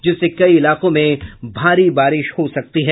जिससे कई इलाकों में भारी बारिश हो सकती है